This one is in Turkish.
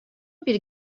bir